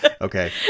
Okay